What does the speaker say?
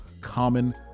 common